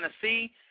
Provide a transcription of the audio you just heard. Tennessee